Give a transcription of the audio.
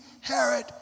Herod